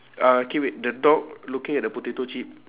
uh K wait the dog looking at the potato chip